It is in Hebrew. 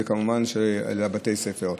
וכמובן לבתי הספר.